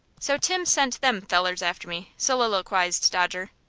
so tim sent them fellers after me? soliloqized dodger.